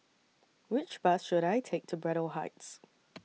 Which Bus should I Take to Braddell Heights